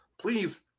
please